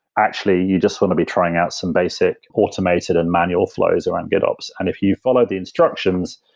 actually you just want to be trying out some basic automated and manual flows around gitops. and if you follow the instructions,